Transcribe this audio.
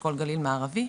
אשכול גליל מערבי,